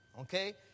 okay